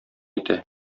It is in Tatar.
ите